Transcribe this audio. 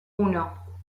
uno